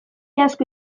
asko